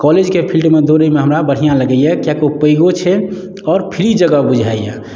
कॉलेजके फिल्डमे दौड़ैमे हमरा बढ़िऑं लगैया किआकि ओ पैघो छै आओर फ्री जगह बुझाइया